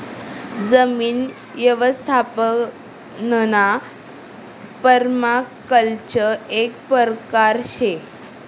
जमीन यवस्थापनना पर्माकल्चर एक परकार शे